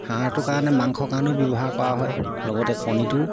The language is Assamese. হাঁহটোৰ কাৰণে মাংস কাৰণেও ব্যৱহাৰ কৰা হয় লগতে কণীটো